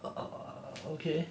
err okay